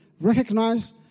recognize